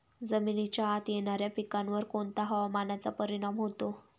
जमिनीच्या आत येणाऱ्या पिकांवर कोणत्या हवामानाचा परिणाम होतो?